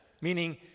meaning